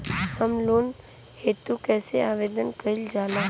Home loan हेतु कइसे आवेदन कइल जाला?